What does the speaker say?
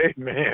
Amen